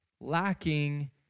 lacking